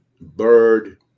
Bird